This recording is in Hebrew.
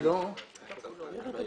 לא כולו הוקרא.